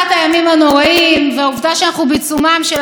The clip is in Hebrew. אולי אני אחשוב על משהו אחר.